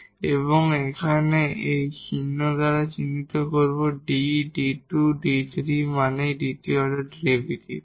আমরা এখানে এই চিহ্ন দ্বারা চিহ্নিত করব 𝐷 𝐷 2 𝐷 3 মানে এই তৃতীয় অর্ডার ডেরিভেটিভ